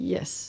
Yes